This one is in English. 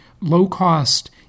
low-cost